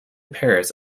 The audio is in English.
paris